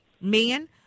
men